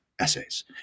Essays